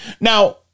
Now